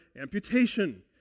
amputation